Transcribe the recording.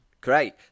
great